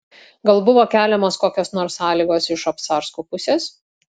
gal buvo keliamos kokios nors sąlygos iš obcarskų pusės